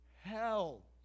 Hell